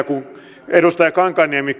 kun edustaja kankaanniemi